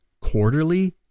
quarterly